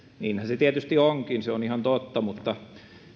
niinhän se tietysti onkin se on ihan totta mutta